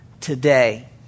today